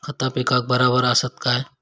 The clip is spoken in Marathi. खता पिकाक बराबर आसत काय?